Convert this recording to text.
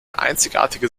einzigartige